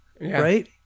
right